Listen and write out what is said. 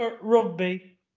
rugby